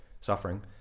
suffering